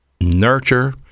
nurture